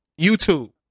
YouTube